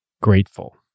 grateful